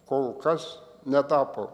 kol kas netapo